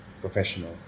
professional